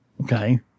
Okay